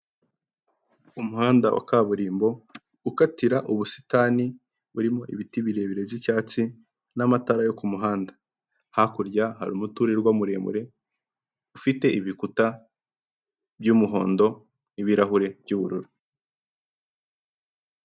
Umuhanda wa kaburimbo ukatira ubusitani burimo ibiti birebire by'icyatsi n'amatara yo kumuhanda, hakurya hari umuturirwa muremure ufite ibikuta by'umuhondo n'ibirahure by'bururu.